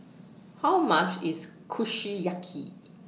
How much IS Kushiyaki